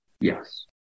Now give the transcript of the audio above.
Yes